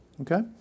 Okay